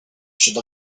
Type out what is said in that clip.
should